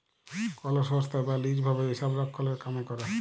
call সংস্থায় বা lease ভাবে হিসাবরক্ষলের কামে ক্যরে